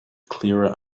clearer